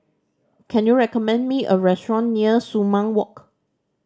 can you recommend me a restaurant near Sumang Walk